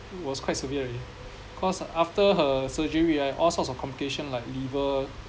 it was quite severe already cause after her surgery right all sorts of complication like liver